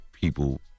people